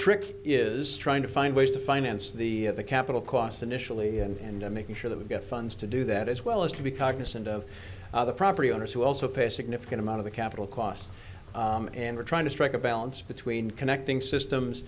trick is trying to find ways to finance the capital costs initially and making sure that we get funds to do that as well as to be cognizant of the property owners who also pay a significant amount of the capital cost and we're trying to strike a balance between connecting systems